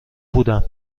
بودم